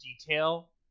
detail